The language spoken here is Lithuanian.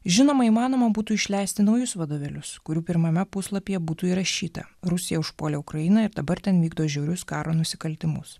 žinoma įmanoma būtų išleisti naujus vadovėlius kurių pirmame puslapyje būtų įrašyta rusija užpuolė ukrainą ir dabar ten vykdo žiaurius karo nusikaltimus